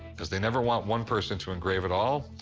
because they never want one person to engrave it all.